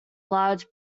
large